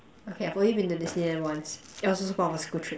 okay I've only been to Disneyland once it was also part of a school trip